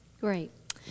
Great